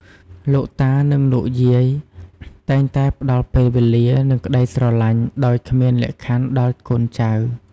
លោកតា និងលោកយាយតែងតែផ្តល់ពេលវេលា និងក្តីស្រលាញ់ដោយគ្មានលក្ខខណ្ឌដល់កូនចៅ។